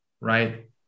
right